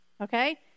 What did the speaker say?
Okay